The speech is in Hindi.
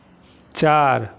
चार